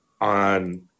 on